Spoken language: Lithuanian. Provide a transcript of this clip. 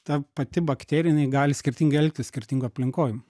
ta pati bakterija jinai gali skirtingai elgtis skirtingoj aplinkoj